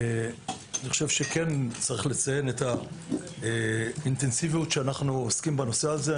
צריך לציין את האינטנסיביות שאנחנו עוסקים בנושא הזה.